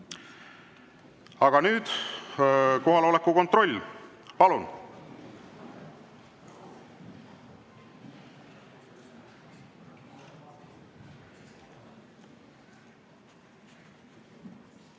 Aga nüüd kohaloleku kontroll, palun!